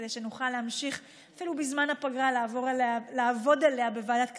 כדי שנוכל להמשיך אפילו בזמן הפגרה לעבוד עליה בוועדת כלכלה.